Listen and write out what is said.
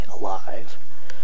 alive